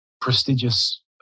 prestigious